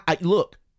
look